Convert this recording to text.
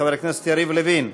חבר הכנסת יריב לוין,